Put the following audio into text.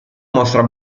mostra